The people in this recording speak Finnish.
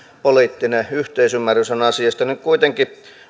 poliittinen yhteisymmärrys asiasta nyt kuitenkin